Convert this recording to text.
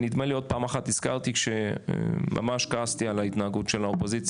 ואני חושב שעוד פעם אחת הזכרתי כשממש כעסתי על ההתנהגות של האופוזיציה,